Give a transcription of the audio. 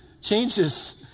changes